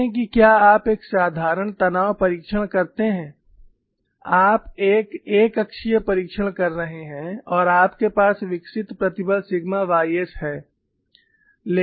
देखें कि क्या आप एक साधारण तनाव परीक्षण करते हैं आप एक एक अक्षीय परीक्षण कर रहे हैं और आपके पास विकसित प्रतिबल सिग्मा ys है